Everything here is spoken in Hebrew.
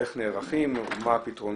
איך נערכים, מה הפתרונות.